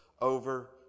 over